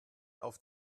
auf